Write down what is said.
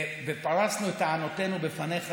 ופרסנו את טענותינו לפניך,